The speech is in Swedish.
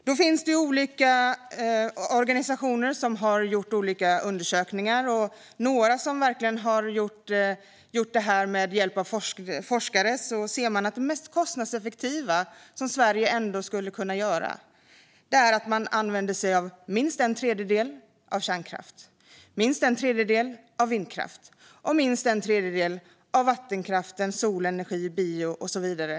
Det finns olika organisationer som har gjort olika undersökningar. Några har gjort detta med hjälp av forskare. Det mest kostnadseffektiva som Sverige skulle kunna göra är att använda sig av minst en tredjedel kärnkraft, minst en tredjedel vindkraft och minst en tredjedel vattenkraft, solenergi, bioenergi och så vidare.